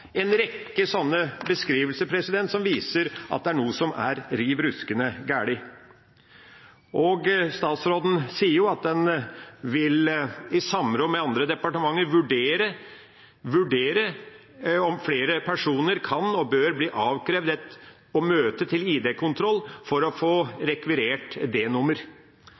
en rekke sånne beskrivelser som viser at det er noe som er riv ruskende galt. Statsråden skriver at en i samråd med andre departementer vil vurdere om flere personer kan og bør bli avkrevd å møte til ID-kontroll for å få rekvirert